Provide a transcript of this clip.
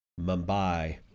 Mumbai